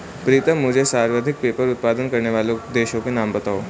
प्रीतम मुझे सर्वाधिक पेपर उत्पादन करने वाले देशों का नाम बताओ?